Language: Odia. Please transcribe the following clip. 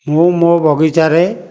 ମୁଁ ମୋ ବଗିଚାରେ